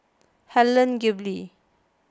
Helen Gilbey